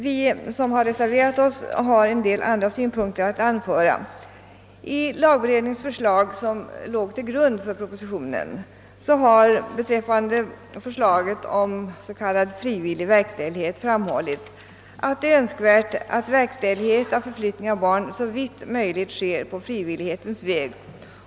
Vi som reserverat oss har en del andra synpunkter att anföra. I lagberedningens förslag, som låg till grund för propositionen, har beträffande förslaget om s.k. frivillig verkställighet framhållits, att det är önskvärt att verkställighet av förflyttning av barn såvitt möjligt sker på frivillighetens väg.